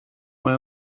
mae